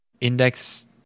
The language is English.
index